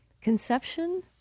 conception